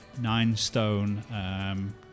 nine-stone